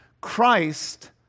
Christ